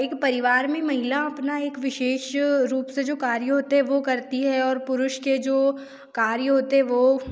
एक परिवार में महिला अपना एक विशेष रूप से जो कार्य होते हैं वो करती है और पुरुष के जो कार्य होते हैं वो